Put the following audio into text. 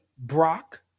Brock